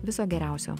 viso geriausio